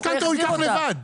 משכנתה הוא ייקח לבד.